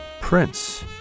Prince